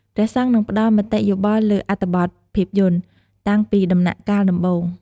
ព្រះសង្ឃនឹងផ្ដល់ មតិយោបល់លើអត្ថបទភាពយន្ត តាំងពីដំណាក់កាលដំបូង។